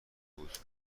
بود